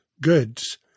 goods